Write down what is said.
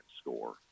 score